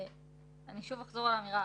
בסוף,